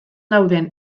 dauden